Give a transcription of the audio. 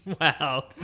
Wow